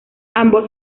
ambos